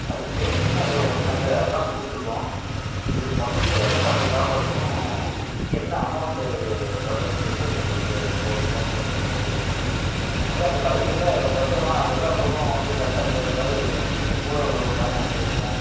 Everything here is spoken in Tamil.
அதுக்கு சேர்த்து முன்ன நாங்கள் அட்வான்ஸ் கொடுத்துருக்கோம் இதுக்கு மொத்தத்துக்கும் இரநூத்தம்பது சாப்பாட்டுக்கும் என்ன அமௌண்ட்டு வருதுனு சொல்லிட்டு எங்களுக்கு ஃபோனில் நீங்கள் கொஞ்சம் சொல்லிடணும் அப்படியே அந்த பையன் கிட்டே பத்திரமா எல்லா பொருளும் வந்து கரெக்ட்டாக சேர்கிற மாதிரி உங்கள் உங்கள் கூட வந்து ஒரு பையனை அனுப்பி வைங்க